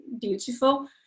beautiful